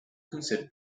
considered